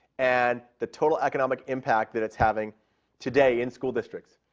and the total economic impact that it's having today in school districts.